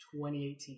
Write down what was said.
2018